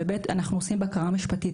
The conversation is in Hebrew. ולאחר מכן עושים בקרה משפטית,